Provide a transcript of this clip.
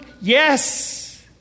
Yes